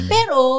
Pero